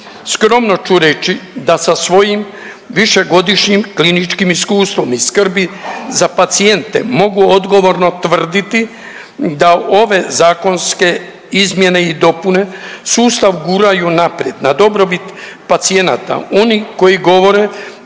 Skromno ću reći da sa svojim višegodišnjim kliničkim iskustvom i skrbi za pacijente mogu odgovorno tvrditi da ove zakonske izmjene i dopune sustav guraju naprijed na dobrobit pacijenata. Oni koji govore